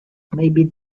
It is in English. maybe